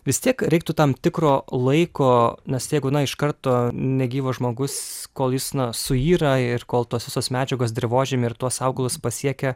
vis tiek reiktų tam tikro laiko nes jeigu na iš karto negyvas žmogus kol jis na suyra ir kol tos visos medžiagos dirvožemyje ir tuos augalus pasiekia